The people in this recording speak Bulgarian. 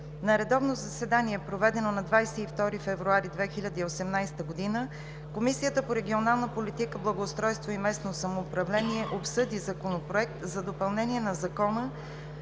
На редовно заседание, проведено на 22 февруари 2018 г., Комисията по регионална политика, благоустройство и местно самоуправление обсъди Законопроект за допълнение на Закона